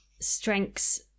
strengths